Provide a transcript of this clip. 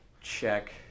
check